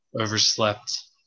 overslept